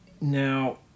Now